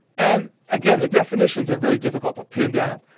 and again the definitions are very difficult to pin down.